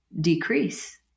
decrease